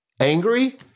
angry